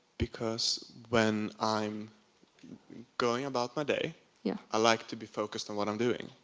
because, when i'm going about my day yeah i like to be focused on what i'm doing.